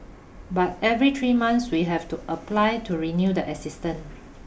but every three months we have to apply to renew the assistant